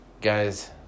Guys